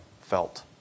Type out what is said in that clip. felt